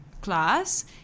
class